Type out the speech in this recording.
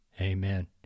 Amen